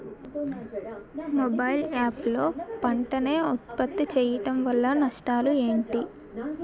Mobile app లో పంట నే ఉప్పత్తి చేయడం వల్ల నష్టాలు ఏంటి?